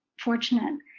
fortunate